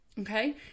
Okay